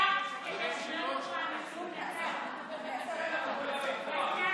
כבוד השרה, יש לך אפשרות לעלות לסכם, בבקשה.